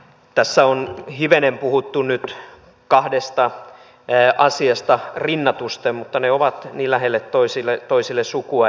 tässä on hivenen puhuttu nyt kahdesta asiasta rinnatusten mutta ne ovat toisilleen läheistä sukua